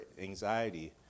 anxiety